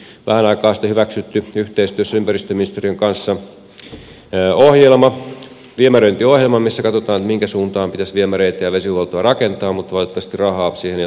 on kuitenkin vähän aikaa sitten hyväksytty yhteistyössä ympäristöministeriön kanssa ohjelma viemäröintiohjelma missä katsotaan mihinkä suuntaan pitäisi viemäreitä ja vesihuoltoa rakentaa mutta valitettavasti rahaa siihen ei ole tarpeeksi